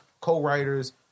co-writers